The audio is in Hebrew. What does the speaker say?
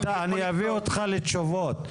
אני אביא אותך לתשובות.